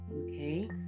okay